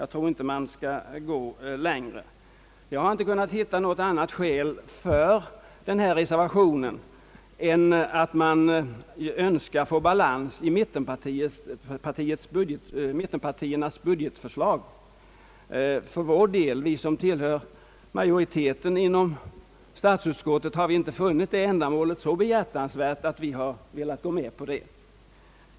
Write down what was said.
Jag anser att man inte bör gå längre. Jag har inte kunnat finna något annat skäl för denna reservation än att man önskar få balans i mittenpartiernas budgetförslag. Vi, som tillhör majoriteten inom statsutskottet, har för vår del inte funnit detta ändamål så behjärtansvärt att vi kunnat biträda reservanternas yrkande.